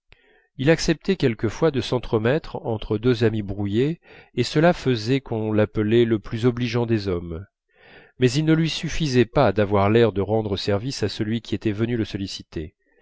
il acceptait quelquefois de s'entremettre entre deux amis brouillés et cela faisait qu'on l'appelait le plus obligeant des hommes mais il ne lui suffisait pas d'avoir l'air de rendre service à celui qui était venu le solliciter